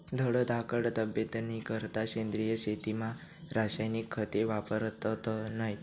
धडधाकट तब्येतनीकरता सेंद्रिय शेतीमा रासायनिक खते वापरतत नैत